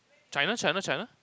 China China China